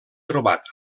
trobat